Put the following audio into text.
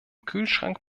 kühlschrank